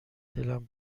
دلم